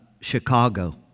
Chicago